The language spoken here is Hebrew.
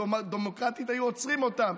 דמוקרטית היו עוצרים אותם,